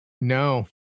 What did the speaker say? No